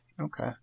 Okay